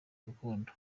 gakondo